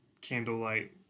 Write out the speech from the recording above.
candlelight